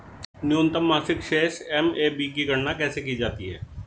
न्यूनतम मासिक शेष एम.ए.बी की गणना कैसे की जाती है?